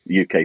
UK